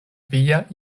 via